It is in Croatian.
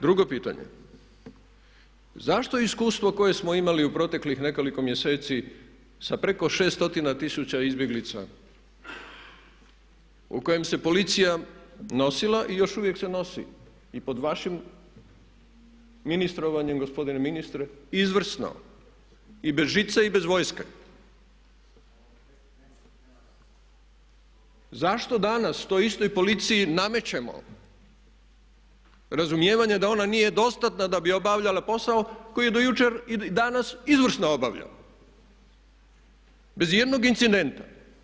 Drugo pitanje, zašto iskustvo koje smo imali u proteklih nekoliko mjeseci sa preko 600 tisuća izbjeglica u kojem se policija nosila i još uvijek se nosi i pod vašim ministrovanjem gospodine ministre izvrsno i bez žice i bez vojske, zašto danas toj istoj policiji namećemo razumijevanje da ona nije dostatna da bi obavljala posao koji je do jučer i danas izvrsno obavljala bez ijednog incidenta?